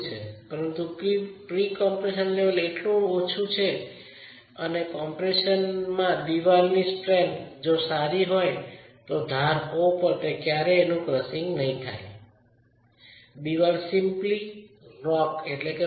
પરંતુ pre compression level એટલું નીચું છે કે અને કમ્પ્રેશનમાં ચણતરની સ્ટ્રેન્થ જો તે સારી હોય તો તે ધાર O પર તો ક્યારેય ક્રસીંગ નહીં થાય દિવાલ સિમ્પલ રોક તરીકે રહેશે